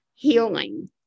healing